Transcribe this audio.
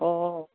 অঁ